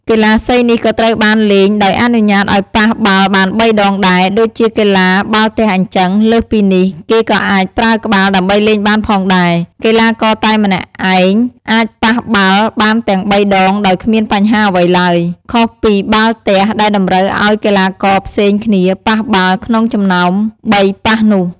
កីឡាសីនេះក៏ត្រូវបានលេងដោយអនុញ្ញាតឱ្យប៉ះបាល់បាន៣ ដងដែរ ដូចជាកីឡាបាល់ទះអ៊ីចឹង លើសពីនេះ គេក៏អាចប្រើក្បាលដើម្បីលេងបានផងដែរ។ កីឡាករតែម្នាក់ឯងអាចប៉ះបាល់បានទាំង៣ ដងដោយគ្មានបញ្ហាអ្វីឡើយ ខុសពីបាល់ទះដែលតម្រូវឱ្យកីឡាករផ្សេងគ្នាប៉ះបាល់ក្នុងចំណោម៣ប៉ះនោះ។